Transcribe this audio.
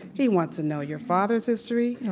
he wants to know your father's history.